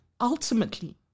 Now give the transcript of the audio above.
ultimately